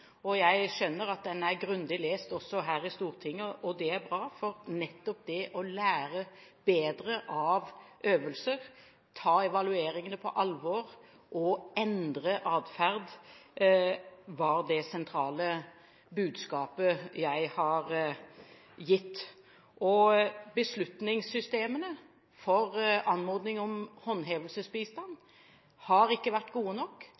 Jeg skjønner at den er grundig lest også her i Stortinget, og det er bra, for nettopp det å lære bedre av øvelser, ta evalueringene på alvor og endre adferd har vært mitt sentrale budskap. Beslutningssystemene for anmodning om håndhevelsesbistand har ikke vært gode nok.